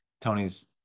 Tony's